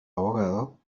abogado